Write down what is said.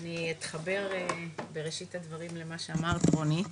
אני אתחבר בראשית הדברים למה שאמרה רוני,